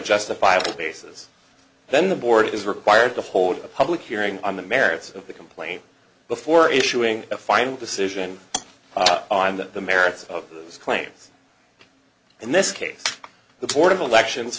justifiable basis then the board is required to hold a public hearing on the merits of the complaint before issuing a final decision on that the merits of his claims in this case the board of elections